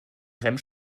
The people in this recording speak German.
rem